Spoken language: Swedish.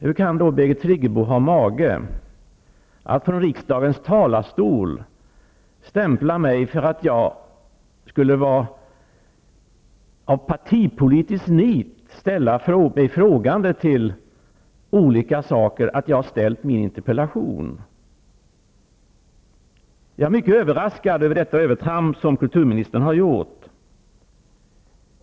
Hur kan då Birgit Friggebo ha mage att från riksdagens talarstol säga att jag av partipolitiskt nit skulle ställa mig frågande till olika saker och ha ställt min interpellation? Jag är mycket överraskad över detta övertramp som kulturministern har gjort.